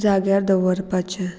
जाग्यार दवरपाचें